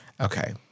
Okay